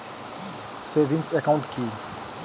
Savings account কি?